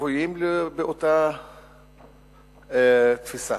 שבויים באותה תפיסה.